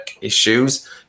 issues